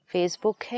Facebook